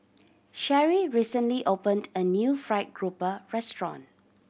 Sherrie recently opened a new fried grouper restaurant